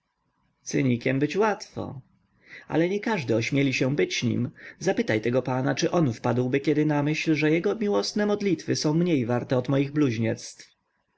cynikiem być łatwo ale niekażdy ośmieli się być nim zapytaj tego pana czy on wpadłby kiedy na myśl że jego miłosne modlitwy są mniej warte od moich bluźnierstw